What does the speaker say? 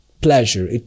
pleasure